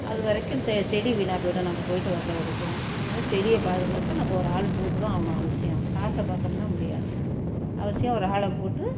அது வரைக்கும் செடி வீணாக போய்டும் நம்ம போய்ட்டு வர வரைக்கும் அதனால செடியை பாதுகாக்க நம்ம ஒரு ஆள் போட்டுதான் ஆகணும் அவசியம் காசை பாத்தோம்ன்னா முடியாது அவசியம் ஒரு ஆளை போட்டு